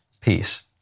peace